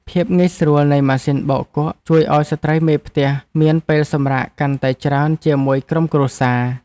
ភាពងាយស្រួលនៃម៉ាស៊ីនបោកគក់ជួយឱ្យស្ត្រីមេផ្ទះមានពេលសម្រាកកាន់តែច្រើនជាមួយក្រុមគ្រួសារ។